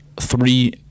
three